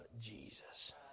Jesus